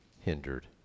hindered